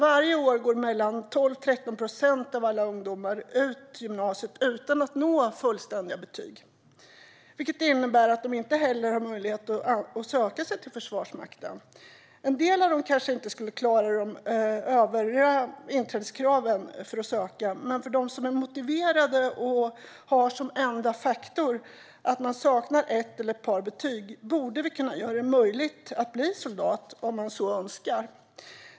Varje år går 12-13 procent av alla ungdomar ut gymnasiet utan fullständigt betyg, vilket innebär att de inte har möjlighet att söka sig till Försvarsmakten. En del av dem skulle kanske inte klara de övriga inträdeskraven, men vi borde kunna göra det möjligt att bli soldat för dem som är motiverade och har som enda faktor emot sig att de saknar ett eller ett par betyg, om de så önskar.